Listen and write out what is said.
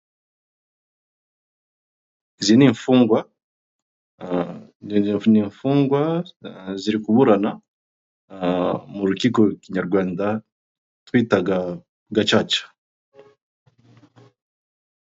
Izi ni imfungwa, ni imfungwa ziri kuburana mu rukiko nyarwanda twitaga gacaca.